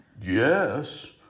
Yes